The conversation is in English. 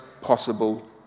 possible